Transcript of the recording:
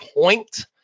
point